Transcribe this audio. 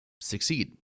succeed